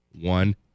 One